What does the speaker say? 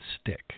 stick